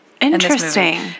interesting